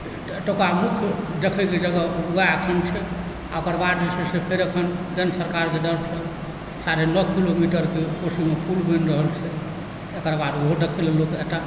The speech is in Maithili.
तऽ एतुका मुख्य देखैके जगह एखन ओएह छै आ ओकर बाद जे छै से फेर एखन केन्द्र सरकारके तरफसँ साढ़े नओ किलोमीटरके कोशीमे पूल बनि रहल छै एकर बाद ओहो देखै लए लोक एतऽ